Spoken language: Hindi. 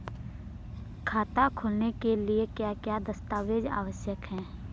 खाता खोलने के लिए क्या क्या दस्तावेज़ आवश्यक हैं?